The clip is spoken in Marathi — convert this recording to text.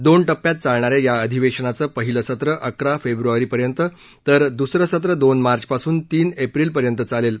दोन टप्प्यात चालणाऱ्या या अधिवेशनाचं पहिलं सत्र अकरा फेब्रवारीपर्यंत तर दूसरं सत्र दोन मार्चपासून तीन एप्रिलपर्यंत चालेल